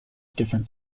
different